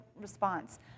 response